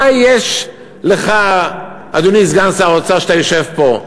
מה יש לך, אדוני סגן שר האוצר, שאתה יושב פה?